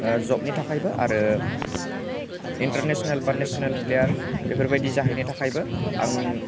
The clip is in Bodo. जबनि थाखायबो आरो इन्टारनेसनेल बा नेसनेल प्लेयार बेफोरबायदि जाहैनो थाखायबो आं